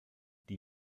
die